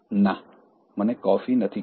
ના મને કોફી નથી ગમતી